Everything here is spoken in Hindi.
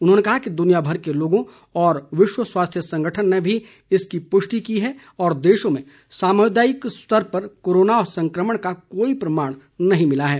उन्होंने कहा कि दुनियाभर के लोगों तथा विश्व स्वास्थ्य संगठन ने भी इसकी पुष्टि की है और देश में सामुदायिक स्तर पर कोरोना संक्रमण का कोई प्रमाण नहीं मिला है